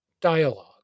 dialogue